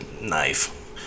knife